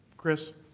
chris?